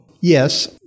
Yes